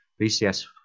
BCS